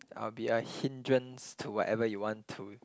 I'll be a hindrance to whatever you want to